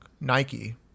Nike